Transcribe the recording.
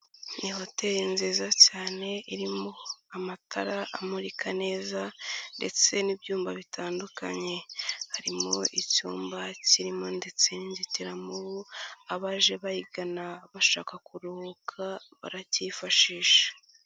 Ni hoteli nziza cyane irimo amatara amurika neza ndetse n'ibyumba bitandukanye, harimo icyumba kirimo ndetse n'inzitiramubu, abaje bayigana bashaka kuruhuka baracyifashisha.